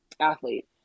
athlete